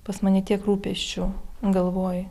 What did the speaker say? pas mane tiek rūpesčių galvoj